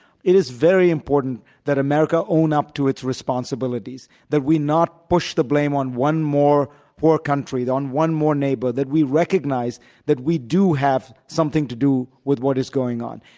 it is very important that america own up to its responsibilities. that we not push the blame on one more poor country, on one more neighbor. that we recognize that we do have something to do with what is going on.